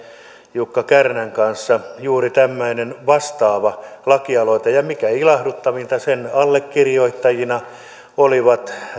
jukka kärnän kanssa juuri tämmöinen vastaava lakialoite ja mikä ilahduttavinta sen allekirjoittajina olivat